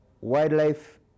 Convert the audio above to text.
wildlife